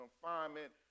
confinement